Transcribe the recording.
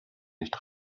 nicht